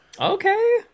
Okay